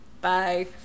Bye